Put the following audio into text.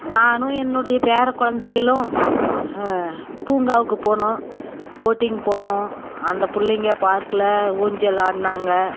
நானும் என்னுடைய பேர கொழந்தைகளும் பூங்காவுக்கு போனோம் போட்டிங் போனோம் அந்த பிள்ளைங்க பார்க்கில் ஊஞ்சல் ஆடுனாங்க